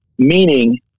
Meaning